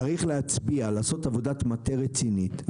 צריך לעשות עבודת מטה רצינית,